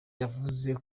yavuze